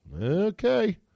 okay